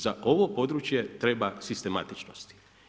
Za ovo područje treba sistematičnost.